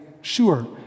sure